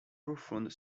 profound